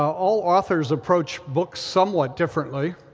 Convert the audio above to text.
all authors approach books somewhat differently,